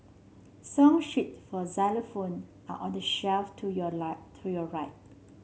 song sheets for xylophone are on the shelf to your light to your right